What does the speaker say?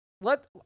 Let